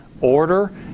order